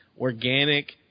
organic